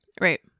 Right